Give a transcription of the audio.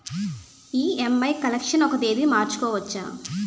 EMI collection ఒక తేదీ మార్చుకోవచ్చా?